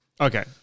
Okay